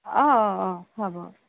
অঁ অঁ অঁ হ'ব